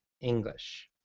English